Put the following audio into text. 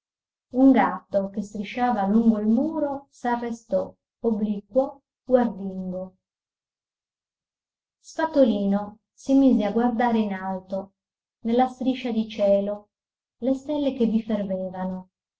un gatto che strisciava lungo il muro s'arrestò obliquo guardingo spatolino si mise a guardare in alto nella striscia di cielo le stelle che